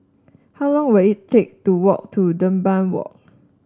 how long will it take to walk to Dunbar Walk